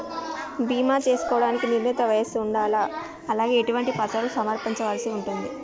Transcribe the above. బీమా చేసుకోవడానికి నిర్ణీత వయస్సు ఉండాలా? అలాగే ఎటువంటి పత్రాలను సమర్పించాల్సి ఉంటది?